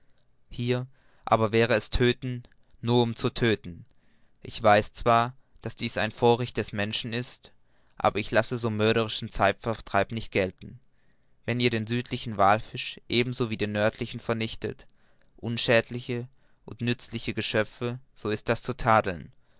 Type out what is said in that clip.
hier aber wäre es tödten nur um zu tödten ich weiß zwar daß dies ein vorrecht des menschen ist aber ich lasse so mörderischen zeitvertreib nicht gelten wenn ihr den südlichen wallfisch ebenso wie den nördlichen vernichtet unschädliche und nützliche geschöpfe so ist das zu tadeln